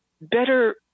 better